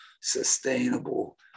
sustainable